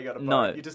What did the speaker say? No